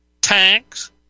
tanks